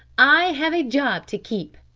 i have a job to keep,